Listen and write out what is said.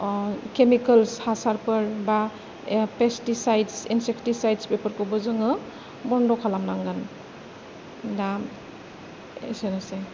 chemicals हासारफोर बा pesticide insecticides बेफोरखौबो जोङो बन्द' खालामानांगोन दा एसेनोसै